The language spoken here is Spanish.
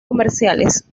comerciales